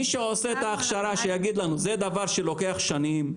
מי שעושה את ההכשרה, שיגיד לנו אם היא אורכת שנים.